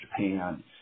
Japan